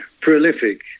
prolific